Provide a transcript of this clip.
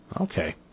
Okay